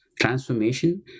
Transformation